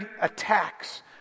attacks